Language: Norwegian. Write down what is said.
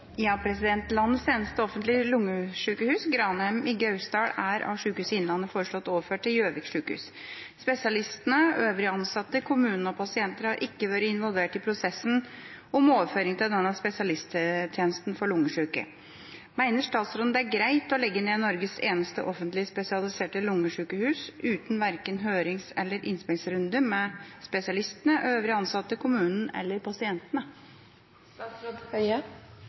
har ikke vært involvert i prosessen om overføring av denne spesialisttjenesten for lungesyke. Mener statsråden det er greit å legge ned Norges eneste offentlige spesialiserte lungesykehus uten verken hørings- eller innspillsrunde med spesialister, øvrige ansatte, kommunen eller pasientene?»